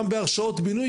גם בהרשאות בינוי,